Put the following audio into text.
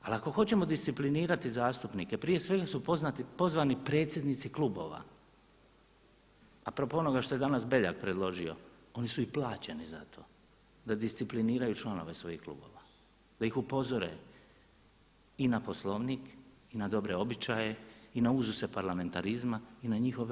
Ali ako hoćemo disciplinirati zastupnike prije svega su pozvani predsjednici klubova, a propo onoga što je danas Beljak predložio oni su i plaćeni za to da discipliniraju članove svojih klubova, da ih upozore i na Poslovnik i na dobre običaje i na uzuse parlamentarizma i na njihove